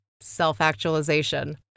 self-actualization